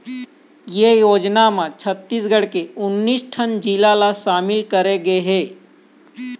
ए योजना म छत्तीसगढ़ के उन्नीस ठन जिला ल सामिल करे गे हे